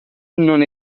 non